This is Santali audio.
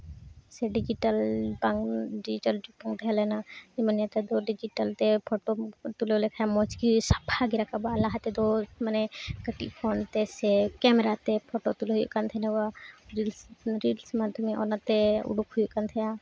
ᱥᱮ ᱰᱤᱡᱤᱴᱟᱞ ᱵᱟᱝ ᱰᱤᱡᱤᱴᱟᱞ ᱡᱩᱜᱽ ᱵᱟᱝ ᱛᱟᱦᱮᱸᱞᱮᱱᱟ ᱢᱟᱱᱮ ᱱᱮᱛᱟᱨ ᱫᱚ ᱰᱤᱡᱤᱴᱟᱞᱛᱮ ᱯᱷᱚᱴᱳᱢ ᱛᱩᱞᱟᱹᱣ ᱞᱮᱠᱷᱟᱱ ᱢᱚᱡᱽ ᱜᱮ ᱥᱟᱯᱷᱟ ᱜᱮ ᱨᱟᱠᱟᱵᱼᱟ ᱞᱟᱦᱟ ᱛᱮᱫᱚ ᱢᱟᱱᱮ ᱠᱟᱹᱴᱤᱡ ᱯᱷᱳᱱ ᱛᱮ ᱥᱮ ᱠᱮᱢᱮᱨᱟ ᱛᱮ ᱯᱷᱚᱴᱳ ᱛᱩᱞᱟᱹᱣ ᱦᱩᱭᱩᱜ ᱠᱟᱱ ᱛᱟᱦᱮᱱᱟ ᱨᱤᱞᱥ ᱨᱤᱞᱥ ᱢᱟᱫᱽᱫᱷᱚᱢᱮ ᱚᱱᱟᱛᱮ ᱩᱰᱩᱠ ᱦᱩᱭᱩᱜ ᱠᱟᱱ ᱛᱟᱦᱮᱱᱟ